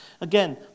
again